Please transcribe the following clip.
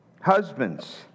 Husbands